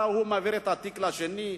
השר ההוא מעביר את התיק לשני,